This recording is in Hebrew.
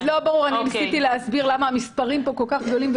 ניסיתי להסביר למה המספרים פה כל כך גדולים.